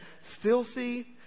filthy